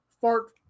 Fart